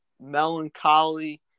melancholy